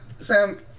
Sam